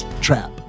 trap